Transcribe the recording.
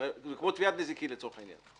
זה כמו תביעת נזיקין לצורך העניין.